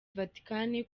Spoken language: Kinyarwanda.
vatican